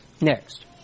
Next